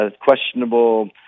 questionable